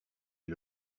est